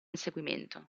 inseguimento